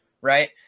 right